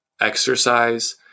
exercise